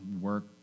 work